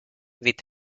with